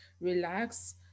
relax